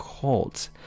cult